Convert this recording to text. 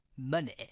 money